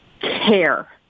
care